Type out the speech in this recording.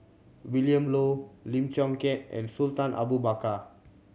Willin Low Lim Chong Keat and Sultan Abu Bakar